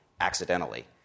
accidentally